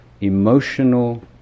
emotional